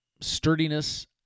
sturdiness